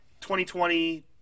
2020 –